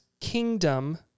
kingdom